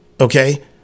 Okay